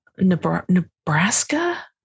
Nebraska